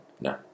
No